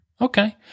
Okay